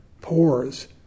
pores